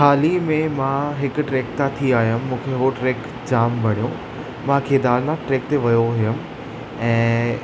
हाल ई में मां हिकु ट्रैक था थी आयुमि मूंखे उहो ट्रैक जाम वणियो मां केदारनाथ ट्रैक ते वियो हुउमि ऐं